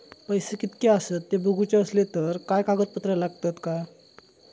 पैशे कीतके आसत ते बघुचे असले तर काय कागद पत्रा लागतात काय?